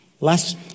Last